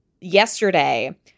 yesterday